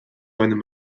einem